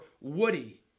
woody